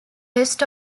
rest